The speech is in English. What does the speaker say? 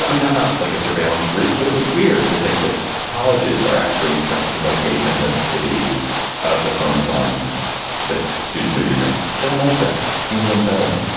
i mean, i'm not like a surveillance freak, but it was weird to think that colleges are actually tracking locations and activities of the phones on that. students are using don't like that seems unsettling.